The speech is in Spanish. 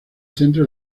centro